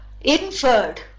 inferred